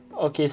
okay